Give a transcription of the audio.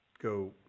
Go